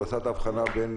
הוא עשה את ההבחנה בין